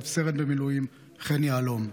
רב-סרן במילואים חן יהלום.